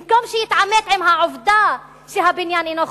במקום שיתעמת עם העובדה שהבניין אינו חוקי,